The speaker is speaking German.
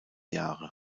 jahre